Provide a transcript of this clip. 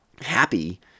happy